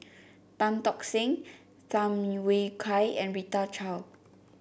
Tan Tock Seng Tham Yui Kai and Rita Chao